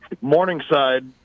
Morningside